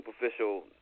superficial